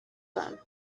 them